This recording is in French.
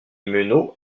meneaux